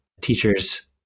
Teachers